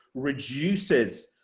reduces